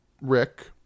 Rick